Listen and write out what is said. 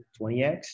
20X